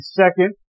second